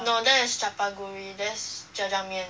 no that's chapaguri that's jjajang 面